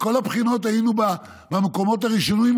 מכל הבחינות היינו במקומות הראשונים,